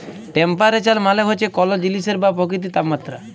temperature মালে হছে কল জিলিসের বা পকিতির তাপমাত্রা